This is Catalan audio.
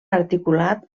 articulat